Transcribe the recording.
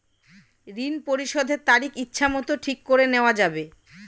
ঋণ পরিশোধের তারিখ ইচ্ছামত ঠিক করে নেওয়া যাবে?